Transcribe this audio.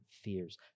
fears